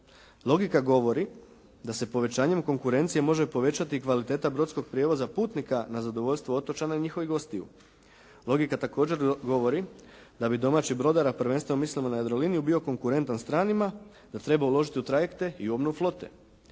Logika govori da se povećanjem konkurencije može povećati i kvaliteta brodskog prijevoza putnika na zadovoljstvo otočana i njihovih gostiju. Logika također govori da bi domaći brodar a prvenstveno mislimo na Jadroliniju bio konkurentan stranima, da treba uložiti u trajekte i obnovu flote.